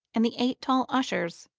and the eight tall ushers,